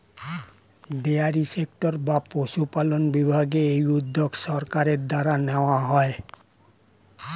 dairy sector বা পশুপালন বিভাগে এই উদ্যোগ সরকারের দ্বারা নেওয়া হয়